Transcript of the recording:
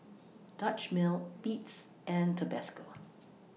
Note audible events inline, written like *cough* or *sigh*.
Dutch Mill Beats and Tabasco *noise*